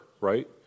right